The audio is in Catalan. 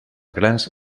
grans